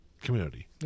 community